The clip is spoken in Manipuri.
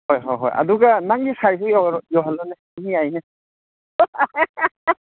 ꯍꯣꯏ ꯍꯣꯏ ꯍꯣꯏ ꯑꯗꯨꯒ ꯅꯪꯒꯤ ꯁꯥꯏꯁꯨ ꯌꯥꯎꯍꯜꯂꯣꯅꯦ ꯑꯗꯨꯝ ꯌꯥꯏꯅꯦ